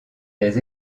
des